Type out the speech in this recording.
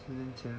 十年前